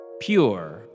pure